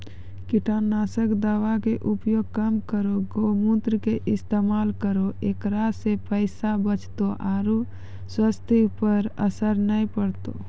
कीटनासक दवा के उपयोग कम करौं गौमूत्र के इस्तेमाल करहो ऐकरा से पैसा बचतौ आरु स्वाथ्य पर असर नैय परतौ?